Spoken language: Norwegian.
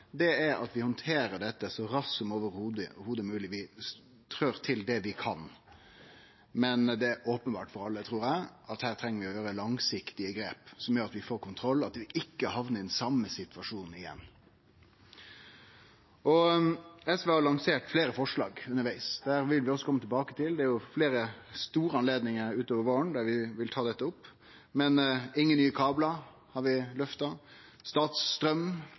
det heile mogleg. Vi trør til det vi kan, men det er openbert for alle, trur eg, at her treng vi å ta langsiktige grep, som gjer at vi får kontroll, slik at vi ikkje hamnar i den same situasjonen igjen. SV har lansert fleire forslag undervegs. Vi vil også kome tilbake til det. Det er fleire store anledningar utover våren der vi vil ta dette opp. Vi har løfta fleire moglege løysingar: ingen nye kablar,